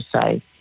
say